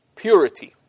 purity